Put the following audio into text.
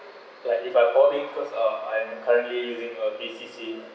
that if I dropping first uh I'm currently using uh P_C_C